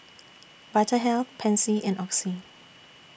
Vitahealth Pansy and Oxy